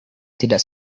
tidak